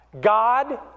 God